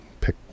pick